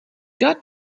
got